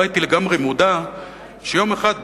לא הייתי לגמרי מודע שיום אחד,